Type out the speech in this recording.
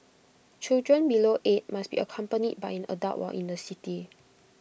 children below eight must be accompanied by an adult while in the city